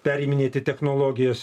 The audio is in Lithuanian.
periminėti technologijas